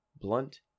blunt